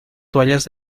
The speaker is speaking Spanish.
toallas